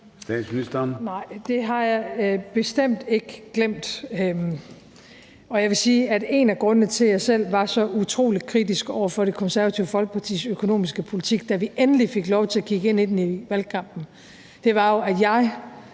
Frederiksen): Det har jeg bestemt ikke glemt. Og jeg vil sige, at en af grundene til, at jeg selv var så utrolig kritisk over for Det Konservative Folkepartis økonomiske politik, da vi endelig fik lov til at kigge ind i den i valgkampen, jo var, at jeg